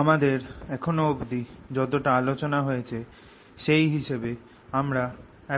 আমাদের এখনো অবধি যতটা আলোচনা হয়েছে সেই হিসাবে আমরা